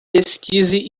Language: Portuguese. pesquise